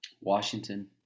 Washington